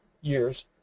years